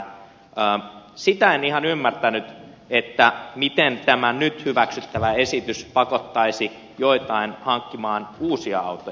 sitä en ihan ymmärtänyt miten tämä nyt hyväksyttävä esitys pakottaisi joitain hankkimaan uusia autoja